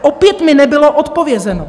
Opět mi nebylo odpovězeno.